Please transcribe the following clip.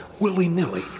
willy-nilly